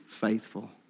faithful